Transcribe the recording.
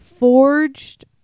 forged